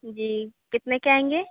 जी कितने के आएँगे